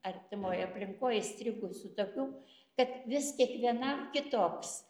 artimoj aplinkoj įstrigusių tokių kad vis kiekvienam kitoks